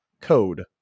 code